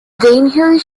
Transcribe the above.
danehill